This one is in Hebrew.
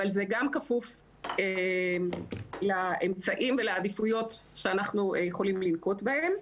אבל זה גם כפוף לאמצעים ולעדיפויות שאנחנו יכולים לנקוט בהם.